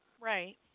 Right